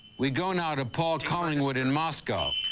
we go now to paul collingwood in moscow.